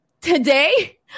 today